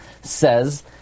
says